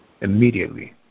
immediately